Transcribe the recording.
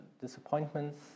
disappointments